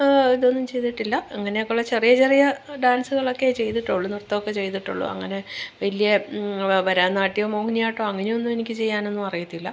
ഇതൊന്നും ചെയ്തിട്ടില്ല അങ്ങനൊക്കെയുള്ള ചെറിയ ചെറിയ ഡാൻസുകളൊക്കേ ചെയ്തിട്ടുള്ളൂ നൃത്തമൊക്കെ ചെയ്തിട്ടുള്ളൂ അങ്ങനെ വലിയ ഭാരതനാട്യമോ മോഹിനിയാട്ടമോ അങ്ങനെയൊന്നും എനിക്ക് ചെയ്യാനൊന്നു അറിയത്തില്ല